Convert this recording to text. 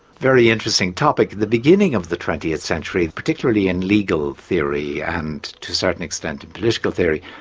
very interesting topic, the beginning of the twentieth century, particularly in legal theory and to certain extent political theory,